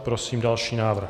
Prosím další návrh.